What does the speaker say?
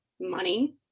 money